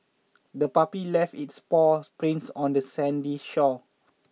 the puppy left its paw prints on the sandy shore